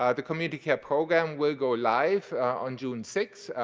ah the community care program will go live on june sixth,